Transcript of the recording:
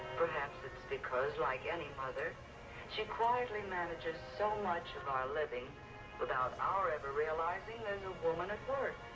perhaps it's because like any mother she quietly manages so much of our living without our ever realizing there's a woman ah